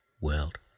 world